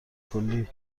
کلی